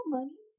money